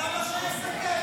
אז למה שהוא יסכם,